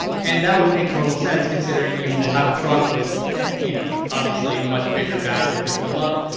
and that would make total sense considering you will have a truck with you know obviously a much bigger battery to fill up.